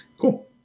Cool